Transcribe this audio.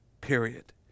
period